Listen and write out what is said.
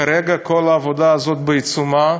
כרגע כל העבודה הזאת בעיצומה,